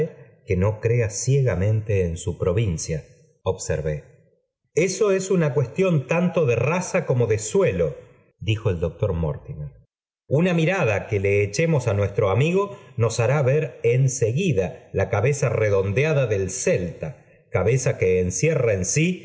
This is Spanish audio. que no crea ciegamente en su provincia observé eso es una cuestión tanto de raza como de suelo dijo el doctor mortimer una mirada que le echemos á nuestro amigo nos hará ver en seguida la cabeza redondeada del celta cabeza qup encierra en sí